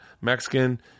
Mexican –